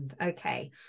Okay